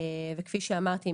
וכפי שאמרתי,